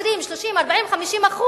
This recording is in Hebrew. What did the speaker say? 20%, 30%, 40%, 50%,